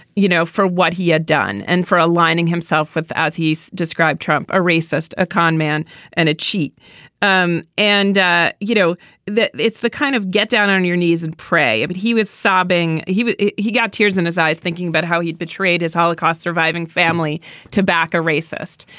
you know for what he had done and for aligning himself with as he described trump a racist a con man and a cheat um and you know that it's the kind of get down on your knees and pray. but he was sobbing. he but he got tears in his eyes thinking about how he'd betrayed his holocaust surviving family to back a racist.